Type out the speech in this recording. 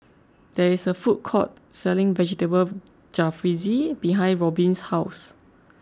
there is a food court selling Vegetable Jalfrezi behind Robyn's house